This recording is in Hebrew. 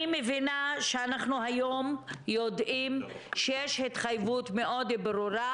אני מבינה שאנחנו יודעים היום שיש התחייבות מאוד ברורה,